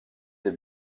des